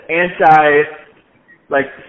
anti-like